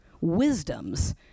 wisdoms